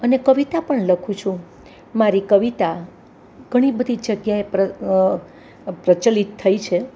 અને કવિતા પણ લખું છું મારી કવિતા ઘણીબધી જગ્યાએ પ્રચલિત થઈ છે